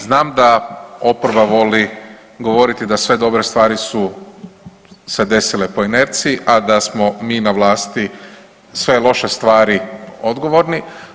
Znam da oporba voli govoriti da sve dobre stvari su se desile po inerciji, a da smo mi na vlasti sve loše stvari odgovorni.